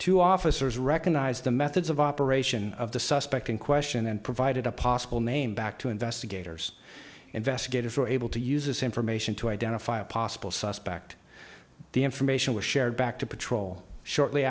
to officers recognize the methods of operation of the suspect in question and provided a possible name back to investigators investigators were able to use this information to identify a possible suspect the information was shared back to patrol shortly